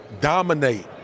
dominate